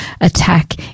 attack